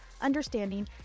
understanding